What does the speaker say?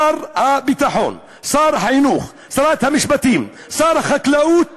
שר הביטחון, שר החינוך, שרת המשפטים, שר החקלאות